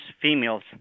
Females